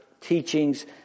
teachings